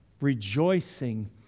rejoicing